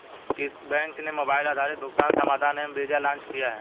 किस बैंक ने मोबाइल आधारित भुगतान समाधान एम वीज़ा लॉन्च किया है?